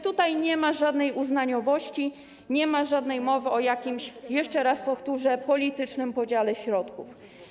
Tutaj nie ma żadnej uznaniowości, nie ma mowy o jakimś, jeszcze raz powtórzę, politycznym podziale środków.